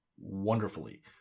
wonderfully